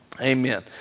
Amen